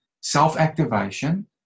self-activation